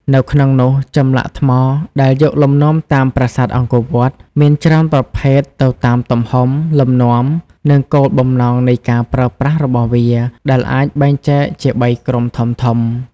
នៅក្នុងនោះចម្លាក់ថ្មដែលយកលំនាំតាមប្រាសាទអង្គរវត្ត មានច្រើនប្រភេទទៅតាមទំហំ លំនាំ និងគោលបំណងនៃការប្រើប្រាស់របស់វា ដែលអាចបែងចែកជាបីក្រុមធំៗ។